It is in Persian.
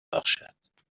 بخشد